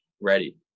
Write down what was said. ready